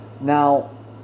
Now